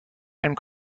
and